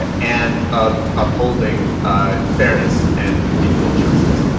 and and of upholding fairness and equal justice.